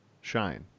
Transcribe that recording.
shine